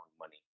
money